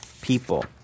people